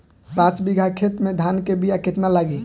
पाँच बिगहा खेत में धान के बिया केतना लागी?